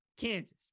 Kansas